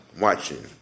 watching